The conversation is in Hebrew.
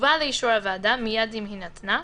תובא לאישור הוועדה, מיד עם הינתנה,